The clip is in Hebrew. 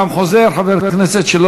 הוא בתוקף כבר מאמצע ספטמבר,